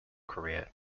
korea